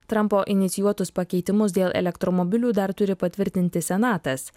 trampo inicijuotus pakeitimus dėl elektromobilių dar turi patvirtinti senatas